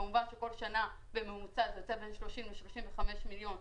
כל שנה אנחנו משקיעים בזה בין 30 ל-35 מיליון,